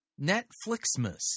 Netflixmas